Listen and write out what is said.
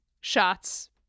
shots